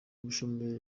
ubushomeri